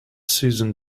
susan